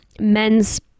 men's